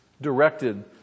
directed